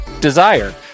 Desire